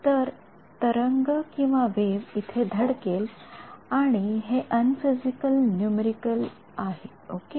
तर तरंगवेव्ह इथे धडकेल आणि हे अनफिजिकल नूमेरिकेल आहे ओके